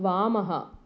वामः